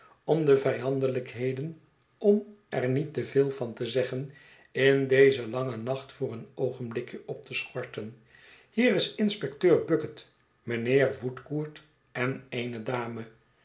om de vijandelijkheden om er niet te veel van te zeggen in dezen langen nacht voor een oogenblikje op te schorten hier is inspecteur bucket mijnheer woodcourt en eene dame